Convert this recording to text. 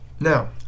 Now